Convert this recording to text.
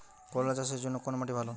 করলা চাষের জন্য কোন মাটি ভালো?